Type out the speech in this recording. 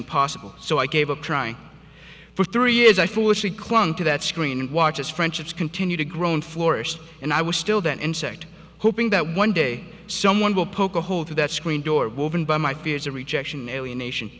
impossible so i gave up trying for three years i foolishly clung to that screen and watch as friendships continue to grow on floors and i was still that insect hoping that one day someone will poke a hole through that screen door woven by my fears of rejection alienation